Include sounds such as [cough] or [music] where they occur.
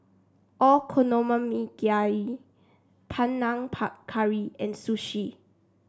[unintelligible] Panang [unintelligible] Curry and Sushi